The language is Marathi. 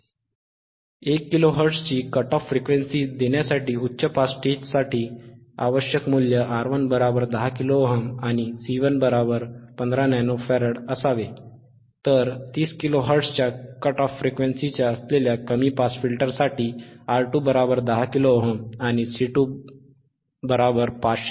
1 किलो हर्ट्झची कट ऑफ फ्रिक्वेन्सी देण्यासाठी उच्च पास स्टेजसाठी आवश्यक मूल्य R1 10 किलो ओहम 10kΩ आणि C115 नॅनो फॅराड असावे तर 30 किलो हर्ट्झच्या कट ऑफ फ्रिक्वेन्सी असलेल्या कमी पास फिल्टरसाठी R2 10 किलो ohm 10kΩ आणि C2 510 picofarad आहेत